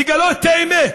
לגלות את האמת,